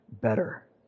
better